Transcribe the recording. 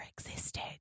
existed